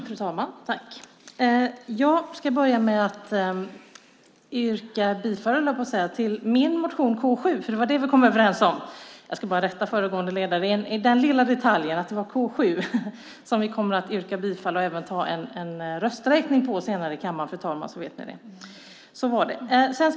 Fru talman! Jag börjar med att yrka bifall till min motion K7, för det var det vi kom överens om. Jag vill bara rätta föregående talare i den lilla detaljen; det är K7 som vi yrkar bifall till och även tänker begära rösträkning om senare i kammaren. Nu vet ni det.